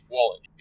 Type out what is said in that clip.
Wallet